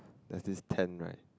there's this tent right